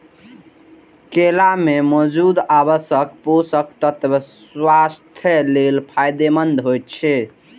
केला मे मौजूद आवश्यक पोषक तत्व स्वास्थ्य लेल फायदेमंद होइ छै